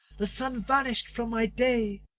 the sun vanished from my day.